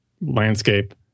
landscape